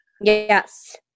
Yes